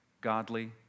godly